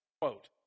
Quote